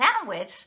sandwich